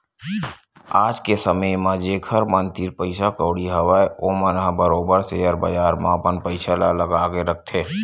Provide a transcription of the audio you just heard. आज के समे म जेखर मन तीर पइसा कउड़ी हवय ओमन ह बरोबर सेयर बजार म अपन पइसा ल लगा के रखथे